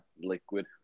liquid